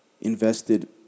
invested